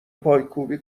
پایکوبی